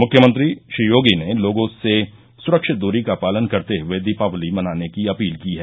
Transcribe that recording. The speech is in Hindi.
मुख्यमंत्री श्री योगी ने लोगों से सुरक्षित दूरी का पालन करते हुए दीपावली मनाने की अपील की है